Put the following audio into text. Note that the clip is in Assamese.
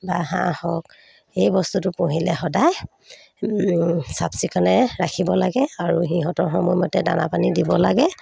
বা হাঁহ হওক এই বস্তুটো পুহিলে সদায় চাফ চিকুণে ৰাখিব লাগে আৰু সিহঁতৰ সময়মতে দানা পানী দিব লাগে